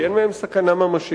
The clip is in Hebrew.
כי אין מהם סכנה ממשית.